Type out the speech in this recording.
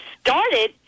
started